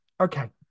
okay